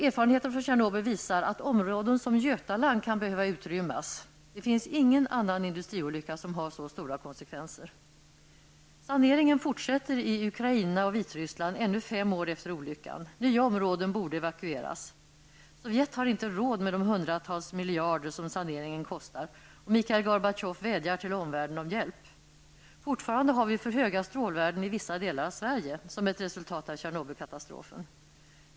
Erfarenheterna från Tjernobyl visar att områden som Götaland kan behöva utrymmas. Det finns ingen annan industriolycka som har så stora konsekvenser. Saneringen fortsätter i Ukraina och Vitryssland ännu fem år efter olyckan. Nya områden borde evakueras. Sovjet har inte råd med de hundratals miljarder som saneringen kostar, och Mikhail Gorbatjov vädjar till omvärlden om hjälp. Fortfarande har vi för höga strålvärden i vissa delar av Sverige som ett resultat av Tjernobylkatastrofen.